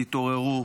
תתעוררו,